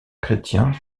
chrétiens